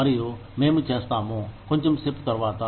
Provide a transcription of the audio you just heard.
మరియు మేము చేస్తాము కొంచెం సేపు తరువాత